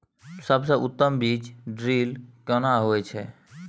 सबसे उत्तम बीज ड्रिल केना होए छै?